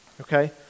Okay